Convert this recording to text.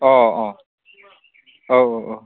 अ अ औ औ औ